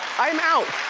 i'm out.